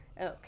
Okay